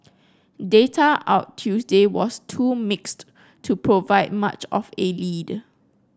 data out Tuesday was too mixed to provide much of a lead